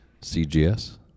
cgs